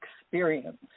experience